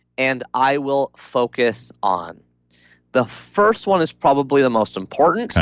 and i will focus on the first one is probably the most important.